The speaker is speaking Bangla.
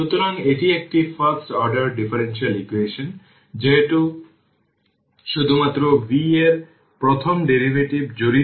সুতরাং এটি একটি ফার্স্ট অর্ডার ডিফারেনশিয়াল ইকুয়েশন যেহেতু শুধুমাত্র v এর প্রথম ডেরিভেটিভ জড়িত